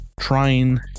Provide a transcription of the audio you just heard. trying